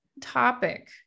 topic